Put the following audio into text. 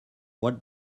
what